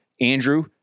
Andrew